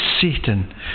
Satan